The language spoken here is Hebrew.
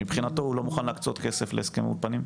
מבחינתו הוא לא מוכן להקצות כסף להסכם האולפנים?